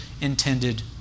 intended